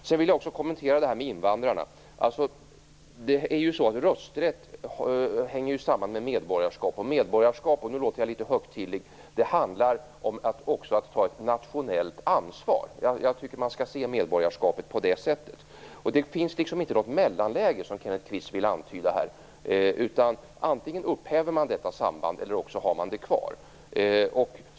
Sedan vill jag också kommentera detta med invandrarna. Rösträtt hänger ju samman med medborgarskap, och medborgarskap - och nu låter jag litet högtidlig - handlar också om att ta ett nationellt ansvar. Jag tycker att man skall se medborgarskapet på det sättet. Det finns liksom inte något mellanläge, som Kenneth Kvist vill antyda, utan antingen upphäver man detta samband eller också har man det kvar.